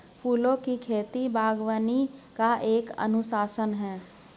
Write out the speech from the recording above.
फूलों की खेती, बागवानी का एक अनुशासन है